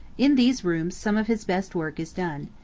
in these rooms some of his best work is done.